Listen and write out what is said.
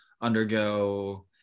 undergo